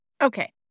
Okay